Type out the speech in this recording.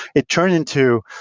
it turned into,